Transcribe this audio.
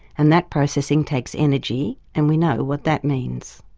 and that processing takes energy and we know what that means.